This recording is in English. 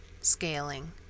scaling